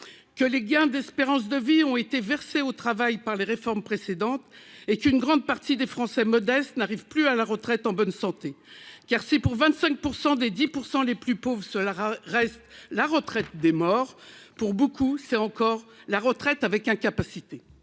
que les gains d'espérance de vie ont été versés au travail par les réformes précédentes et qu'une grande partie des Français modestes n'arrive plus à la retraite en bonne santé, car si pour 25 % des 10 % les plus pauvres, ceux-là reste la retraite des morts pour beaucoup, c'est encore la retraite avec incapacité